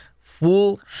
full